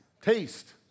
Taste